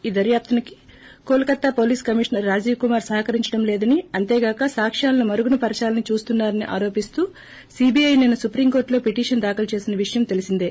ఈ దర్వాపునకు Kolkata police commissioner Rajeev Kumar సహకరించడం లేదని అంతేగాక సాక్ష్యాలను మరుగున పరచాలని చూస్తున్నా రని ఆరోపిస్తూ సీబీఐ నిన్న సుప్రీంకోర్టులో పీటిషన్ దాఖలు చేసిన విషయం తెలిసేందే